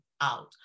out